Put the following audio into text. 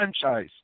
franchise